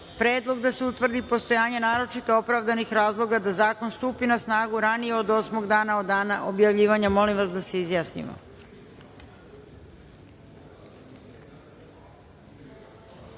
Predlog da se utvrdi postojanje naročito opravdanih razloga da zakon stupi na snagu ranije od osmog dana od dana objavljivanja. Molim narodne poslanike